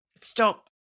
stop